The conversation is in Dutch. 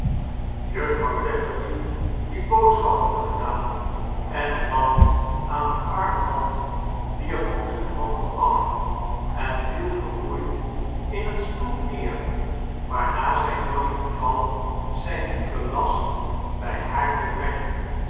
juffrouw tetterby die boodschappen gedaan en eene mand aan den arm had wierp hoed en mantel af en viel vermoeid in een stoel neer waarna zij johnny beval zijn lieven last bij haar te brengen